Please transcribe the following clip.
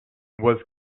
was